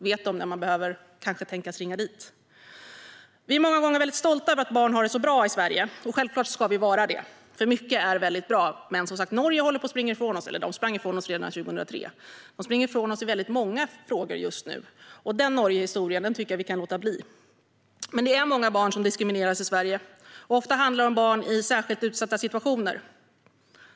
Vet de när de behöver ringa dit? Vi är många gånger stolta över att barn har det så bra i Sverige, och självklart ska vi vara det. Mycket är väldigt bra. Men Norge sprang ifrån oss redan 2003. Just nu springer Norge före oss i väldigt många frågor. Den Norgehistorien tycker jag att vi kan låta bli. Det är många barn som diskrimineras i Sverige. Ofta handlar det om barn i särskilt utsatta situationer.